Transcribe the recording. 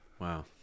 Wow